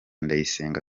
ndayisenga